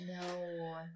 No